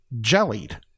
jellied